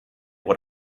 what